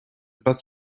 pas